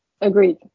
Agreed